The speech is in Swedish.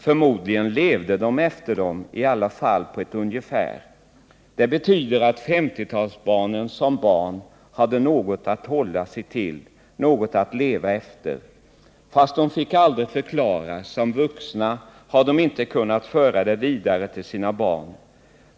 Förmodligen levde dom efter dem, i alla fall på ett ungefär. Det betyder att 50-talsbarnen som barn hade något att hålla sig till, något att leva efter. Fast dom fick det aldrig förklarat, som vuxna hade dom inte kunnat föra det vidare till sina barn.